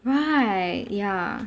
right ya